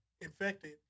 infected